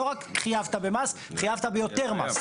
לא רק שחייבת במס, חייבת ביותר מס.